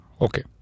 okay